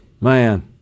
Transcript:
man